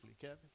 Kevin